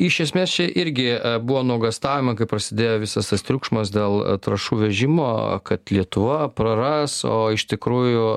iš esmės čia irgi buvo nuogąstavimai kai prasidėjo visas tas triukšmas dėl trąšų vežimo kad lietuva praras o iš tikrųjų